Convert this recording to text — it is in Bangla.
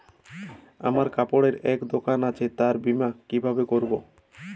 আমার কাপড়ের এক দোকান আছে তার বীমা কিভাবে করবো?